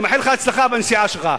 אני מאחל לך הצלחה בנסיעה שלך.